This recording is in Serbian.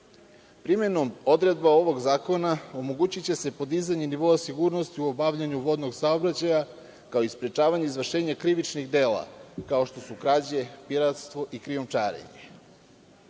Primenom odredaba ovog zakona omogućiće se podizanje nivoa sigurnosti u obavljanju vodnog saobraćaja, kao i sprečavanje izvršenje krivičnih dela, kao što su krađe, piratstvo i krijumčarenje. Na